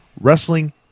Wrestling